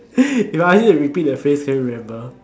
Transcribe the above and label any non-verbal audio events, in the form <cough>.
<breath> if I need to repeat the phrase can you remember